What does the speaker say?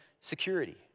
security